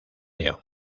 león